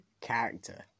character